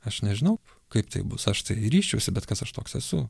aš nežinau kaip tai bus aš tai ryžčiausi bet kas aš toks esu